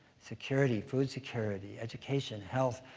security, food security, education, health,